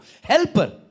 Helper